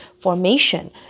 formation